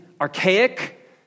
archaic